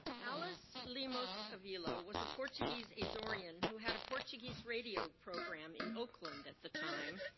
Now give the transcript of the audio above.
alice lemons avila was a portuguese azorean who had a portuguese radio program in oakland at the time.